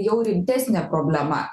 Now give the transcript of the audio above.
jau rimtesnė problema